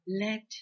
let